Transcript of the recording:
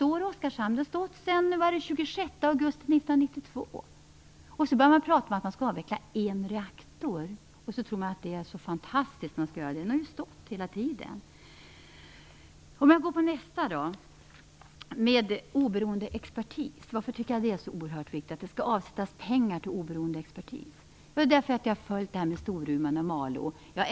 I Oskarshamn har en reaktor stått sedan den 26 augusti 1992. Nu talar man om avvecklande av en reaktor som om detta skulle vara något fantastiskt, men en har stått där under hela denna tid. Varför tycker jag vidare att det är så oerhört viktigt med avsättande av pengar till oberoende expertis? Jo, det beror på att jag har följt det som skett i Storuman och i Malå.